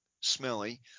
smelly